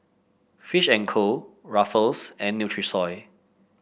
Fish And Co Ruffles and Nutrisoy